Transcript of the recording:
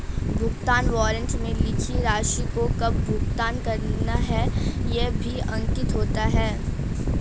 भुगतान वारन्ट में लिखी राशि को कब भुगतान करना है यह भी अंकित होता है